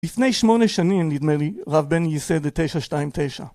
לפני שמונה שנים, נדמה לי, רב בני ייסד את 929.